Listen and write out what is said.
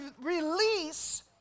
release